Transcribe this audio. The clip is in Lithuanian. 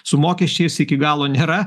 su mokesčiais iki galo nėra